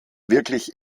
wirklich